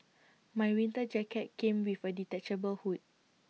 my winter jacket came with A detachable hood